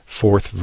fourth